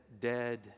dead